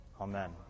Amen